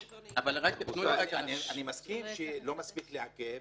עד גיל 70. אני מסכים שלא מספיק לעכב,